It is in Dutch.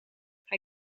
hij